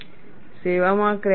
સેવામાં ક્રેક વધે છે